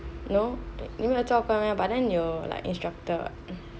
no 你没有做过 meh but then 你有 like instructor what